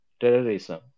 terrorism